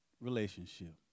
relationship